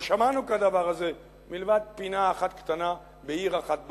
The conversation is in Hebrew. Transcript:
לא שמענו כדבר הזה מלבד פינה אחת קטנה בעיר אחת בעולם.